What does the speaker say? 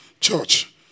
Church